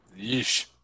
Yeesh